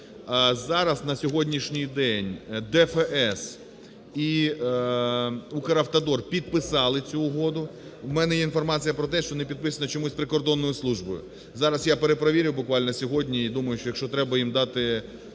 Зараз на сьогоднішній день ДФС і "Укравтодор" підписали цю угоду. У мене є інформація про те, що не підписано чомусь прикордонною службою. Зараз я перепровірю буквально сьогодні, і думаю, що якщо треба їм дати